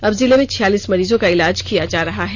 अब जिले में छियालीस मरीजों का इलाज किया जा रहा है